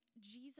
Jesus